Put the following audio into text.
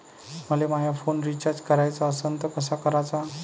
मले माया phone recharge कराचा असन तर कसा कराचा?